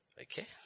Okay